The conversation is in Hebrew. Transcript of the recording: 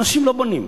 אנשים לא בונים.